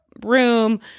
room